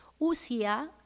usia